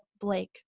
Blake